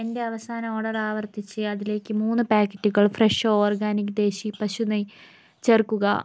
എന്റെ അവസാന ഓർഡർ ആവർത്തിച്ച് അതിലേക്ക് മൂന്ന് പാക്കറ്റുകൾ ഫ്രെഷോ ഓർഗാനിക് ദേശി പശു നെയ്യ് ചേർക്കുക